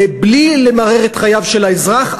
בלי למרר את חייו של האזרח,